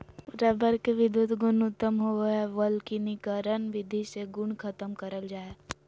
rubber के विधुत गुण उत्तम होवो हय वल्कनीकरण विधि से गुण खत्म करल जा हय